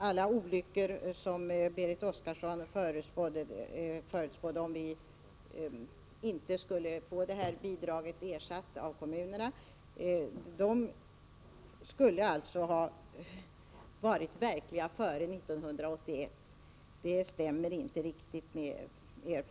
Alla olyckor som Berit Oscarsson förutspådde skulle inträffa om vi inte fick bidraget ersatt av kommunerna skulle alltså ha varit verkliga före 1981. Det stämmer inte riktigt med erfarenheten.